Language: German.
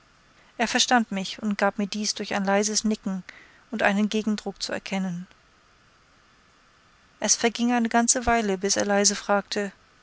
er verstand mich und gab mir dies durch ein leises nicken und einen gegendruck zu erkennen es verging eine ganze weile bis er leise fragte